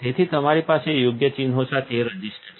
તેથી તમારી પાસે યોગ્ય ચિહ્નો સાથે રઝિસ્ટ છે